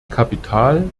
kapital